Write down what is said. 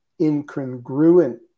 incongruent